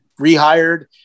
rehired